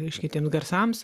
reiškia tiems garsams